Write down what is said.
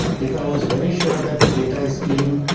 if i was very sure that the data is clean,